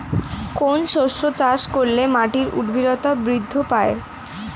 কোন শস্য চাষ করলে মাটির উর্বরতা বৃদ্ধি পায়?